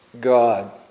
God